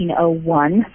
1901